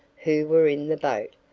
who were in the boat,